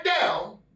down